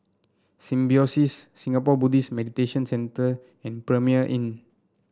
Symbiosis Singapore Buddhist Meditation Centre and Premier Inn